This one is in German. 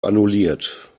annulliert